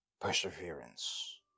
perseverance